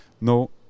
No